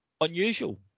unusual